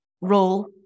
role